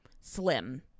Slim